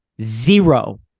zero